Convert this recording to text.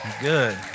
Good